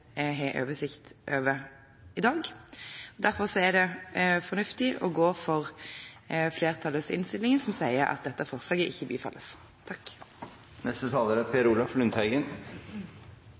har oversikt over i dag. Derfor er det fornuftig å gå for flertallets innstilling, som sier at dette forslaget ikke bifalles. Det er